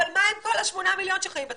אבל מה עם כל השמונה מיליון שחיים בתפוצות?